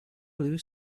blue